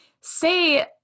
say